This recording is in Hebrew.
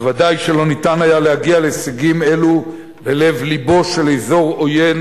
ודאי שלא ניתן היה להגיע להישגים אלו בלב-לבו של אזור עוין,